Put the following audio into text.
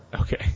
Okay